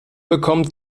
bekommt